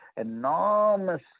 enormous